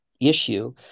issue